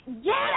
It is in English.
yes